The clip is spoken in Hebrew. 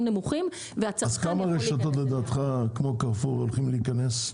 נמוכים והצרכן --- אז כמה רשתות לדעתך כמו קרפור הולכים להיכנס?